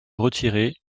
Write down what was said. retiré